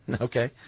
Okay